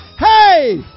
Hey